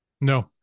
No